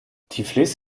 tiflis